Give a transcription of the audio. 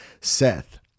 Seth